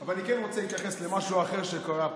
אבל אני כן רוצה להתייחס למשהו אחר שקרה פה.